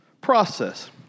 process